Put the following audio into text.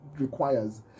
requires